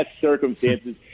circumstances